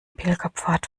pilgerpfad